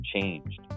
changed